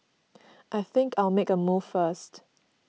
I think I'll make a move first